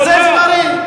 וזה אפשרי.